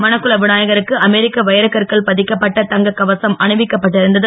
மணக்குள விநாயகருக்கு அமெரிக்க வைரகற்கள் பதிப்பிக்கப்பட்ட தங்கக்கவசம் அணிவிக்கப் பட்டிருந்தது